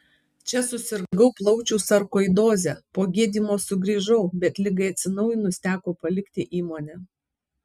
čia susirgau plaučių sarkoidoze po gydymo sugrįžau bet ligai atsinaujinus teko palikti įmonę